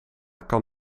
kan